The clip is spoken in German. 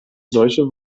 solche